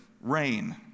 rain